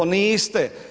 Niste.